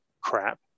crap